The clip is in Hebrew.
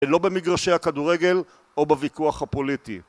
ולא במגרשי הכדורגל או בוויכוח הפוליטי.